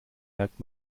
merkt